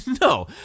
No